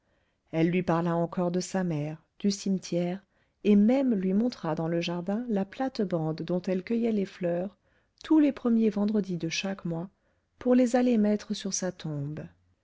elle lui parla encore de sa mère du cimetière et même lui montra dans le jardin la platebande dont elle cueillait les fleurs tous les premiers vendredis de chaque mois pour les aller mettre sur sa tombe